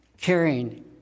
caring